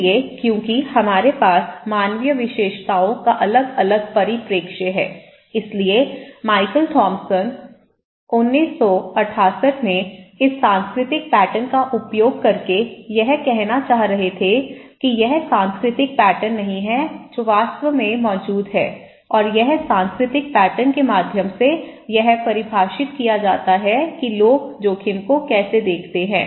इसलिए क्योंकि हमारे पास मानवीय विशेषताओं का अलग अलग परिप्रेक्ष्य है इसलिए माइकल थॉमसन 1978 में इस सांस्कृतिक पैटर्न का उपयोग करके यह कहना चाह रहे थे कि यह सांस्कृतिक पैटर्न नहीं है जो वास्तव में मौजूद है और यह सांस्कृतिक पैटर्न के माध्यम से यह परिभाषित किया जाता है कि लोग जोखिम को कैसे देखते हैं